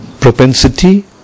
propensity